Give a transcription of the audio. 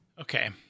Okay